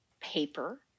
paper